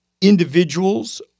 individuals